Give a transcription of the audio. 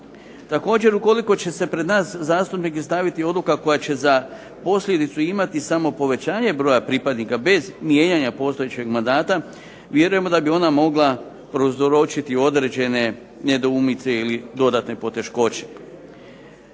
Također, ukoliko će se pred nas zastupnike staviti odluka koja će za posljedicu imati samopovećanje broja pripadnika bez mijenjanja postojećeg mandata vjerujemo da bi ona mogla prouzročiti određene nedoumice ili dodatne poteškoće.